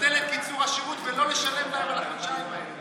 לבטל את קיצור השירות ולא לשלם להם על החודשיים האלה?